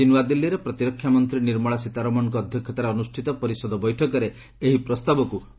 ଆଜି ନ୍ତଆଦିଲ୍ଲୀରେ ପ୍ରତିରକ୍ଷା ମନ୍ତ୍ରୀ ନିର୍ମଳା ସୀତାରମଣଙ୍କ ଅଧ୍ୟକ୍ଷତାରେ ଅନୁଷ୍ଠିତ ପରିଷଦ ବୈଠକରେ ଏହି ପ୍ରସ୍ତାବକୁ ଅନୁମୋଦନ ମିଳିଛି